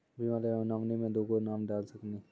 बीमा लेवे मे नॉमिनी मे दुगो नाम डाल सकनी?